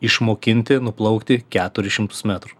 išmokinti nuplaukti keturis šimtus metrų